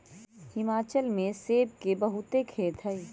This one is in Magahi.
हिमाचल में सेब के बहुते खेत हई